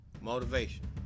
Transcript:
Motivation